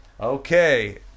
Okay